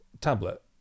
tablet